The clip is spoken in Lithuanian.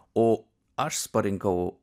o aš parinkau